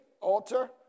Altar